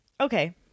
okay